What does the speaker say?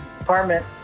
apartment